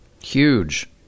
Huge